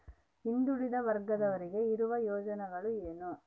ಹಿಂದುಳಿದ ವರ್ಗದವರಿಗೆ ಇರುವ ಯೋಜನೆಗಳು ಏನು?